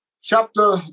Chapter